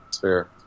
Fair